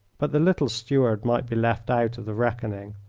but the little steward might be left out of the reckoning.